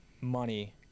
money